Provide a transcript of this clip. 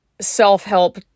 self-help